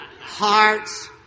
hearts